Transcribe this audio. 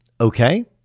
Okay